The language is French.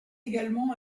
également